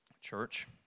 Church